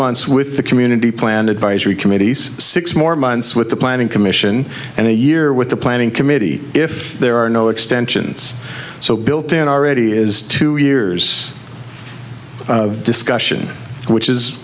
months with the community plan advisory committees six more months with the pie commission and a year with the planning committee if there are no extensions so built in already is two years discussion which is